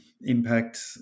impact